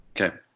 Okay